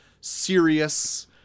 serious